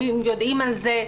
האם הם יודעים על כך,